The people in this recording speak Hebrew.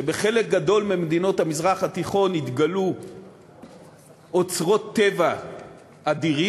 שבחלק גדול ממדינות המזרח התיכון התגלו אוצרות טבע אדירים,